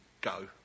Go